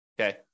okay